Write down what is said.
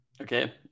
Okay